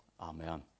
Amen